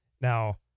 Now